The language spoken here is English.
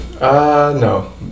no